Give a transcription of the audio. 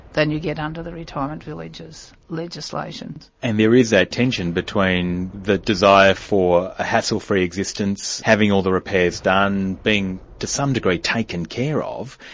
than you get under the retirement villages' legislations. legislations. and there is that tension between the desire for a hassle-free existence, having all the repairs done, being to some degree, taken care of,